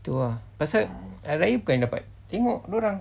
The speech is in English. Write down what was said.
tu ah pasal hari raya bukan dapat tengok dia orang